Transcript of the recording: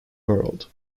world